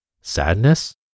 Sadness